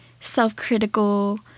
self-critical